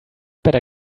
better